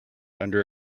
under